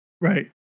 right